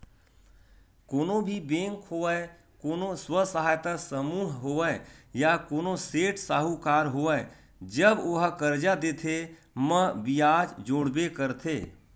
कोनो भी बेंक होवय कोनो स्व सहायता समूह होवय या कोनो सेठ साहूकार होवय जब ओहा करजा देथे म बियाज जोड़बे करथे